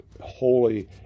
holy